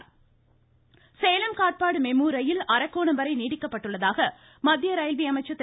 பியூஷ்கோயல் சேலம் காட்பாடி மெழு ரயில் அரக்கோணம் வரை நீட்டிக்கப்பட்டுள்ளதாக மத்திய ரயில்வே அமைச்சர் திரு